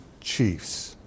Chiefs